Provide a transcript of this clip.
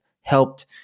helped